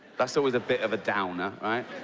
that's always a bit of a downer, right?